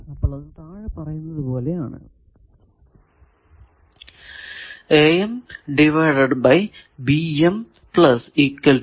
അപ്പോൾ അത് താഴെ പറയുന്നത് പോലെ ആകുന്നു